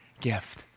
gift